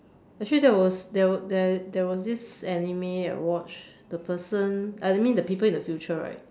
actually that was there were there there was this anime I watch the person uh I mean the people in the future right